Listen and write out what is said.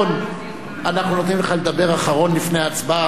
אנחנו נותנים לך לדבר אחרון לפני הצבעה.